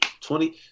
Twenty